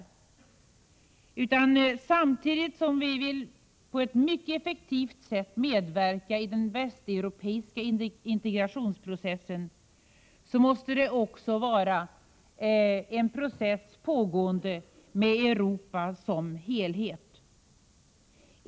På samma gång som vi vill att Sverige skall medverka på ett mycket effektivt sätt i den västeuropeiska integrationsprocessen måste det också pågå en process som inkluderar Europa som helhet.